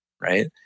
right